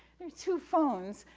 your two phones,